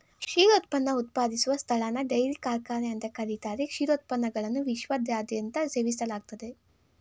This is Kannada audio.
ಕ್ಷೀರೋತ್ಪನ್ನ ಉತ್ಪಾದಿಸುವ ಸ್ಥಳನ ಡೈರಿ ಕಾರ್ಖಾನೆ ಅಂತ ಕರೀತಾರೆ ಕ್ಷೀರೋತ್ಪನ್ನಗಳನ್ನು ವಿಶ್ವದಾದ್ಯಂತ ಸೇವಿಸಲಾಗ್ತದೆ